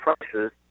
prices